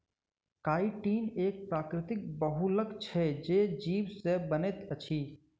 chitin एक प्राकृतिक बहुलक छै जे जीव से बनैत अछि